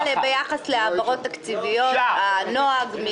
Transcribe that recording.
ביחס להעברות תקציביות הנוהג בוועדה